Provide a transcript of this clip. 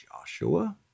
Joshua